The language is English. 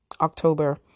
October